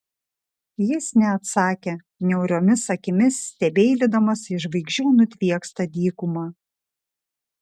jis neatsakė niauriomis akimis stebeilydamas į žvaigždžių nutviekstą dykumą